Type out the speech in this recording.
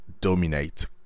dominate